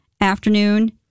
afternoon